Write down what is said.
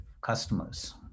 customers